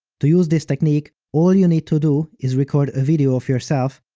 to use this technique, all you need to do is record a video of yourself,